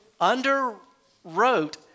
underwrote